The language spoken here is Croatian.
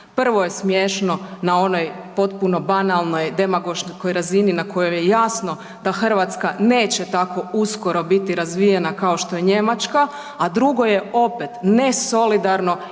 Prvo je smiješno na onoj potpuno banalnoj demagoškoj razini na kojoj je jasno da Hrvatska neće tako uskoro biti razvijena kao što je Njemačka, a drugo je, opet, nesolidarno